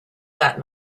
that